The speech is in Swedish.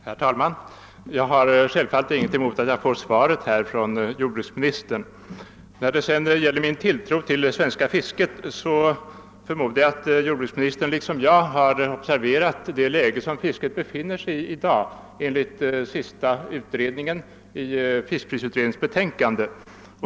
Herr talman! Jag har självfallet ingenting emot att jag har fått svaret av jordbruksministern. Vad beträffar min tilltro till det svenska fisket förmodar jag att jordbruksministern liksom jag har observerat det läge fisket i dag befinner sig i enligt den senaste redogörelsen i fiskprisutredningens betänkande.